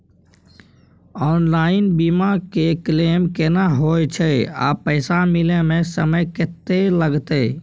Online बीमा के claim केना होय छै आ पैसा मिले म समय केत्ते लगतै?